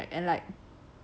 那个 contract and like